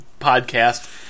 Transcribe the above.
podcast